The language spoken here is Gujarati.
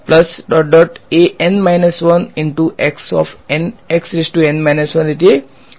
તેથી હું તેને રીતે લખી શક્યો હોત